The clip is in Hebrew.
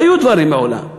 היו דברים מעולם,